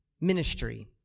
ministry